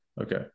Okay